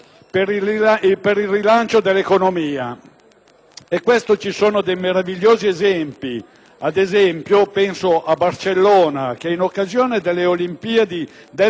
esempi: penso a Barcellona, dove, in occasione delle Olimpiadi del 1992, gli architetti (quelli giusti) hanno ridisegnato la città.